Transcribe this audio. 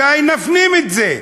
מתי נפנים את זה?